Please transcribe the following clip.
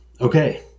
Okay